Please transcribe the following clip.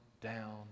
down